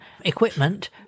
equipment